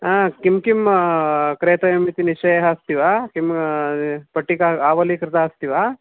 हा किं किं क्रेतव्यम् इति निश्चयः अस्ति वा किं पट्टिका आवलीकृता अस्ति वा